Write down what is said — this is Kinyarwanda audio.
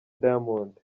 diamond